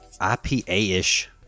IPA-ish